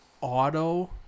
auto